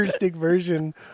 version